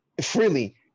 freely